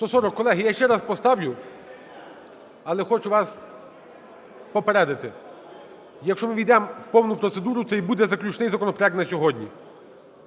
Колеги, я ще раз поставлю. Але хочу вас попередити, якщо ми ввійдемо в повну процедуру це і буде заключний законопроект на сьогодні.